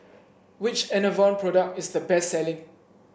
which Enervon product is the best selling